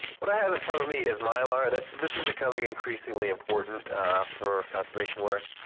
what i have in front of me is mylar and this is becoming increasingly important for conservation work.